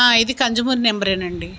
ఇది consumer number అండి